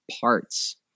parts